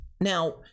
now